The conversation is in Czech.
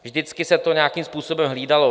Vždycky se to nějakým způsobem hlídalo.